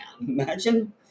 Imagine